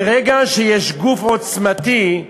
ברגע שיש גוף עוצמתי,